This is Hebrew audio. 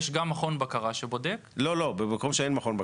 יש גם מכון בקרה --- מה לגבי מקום שאין בו מכון בקרה?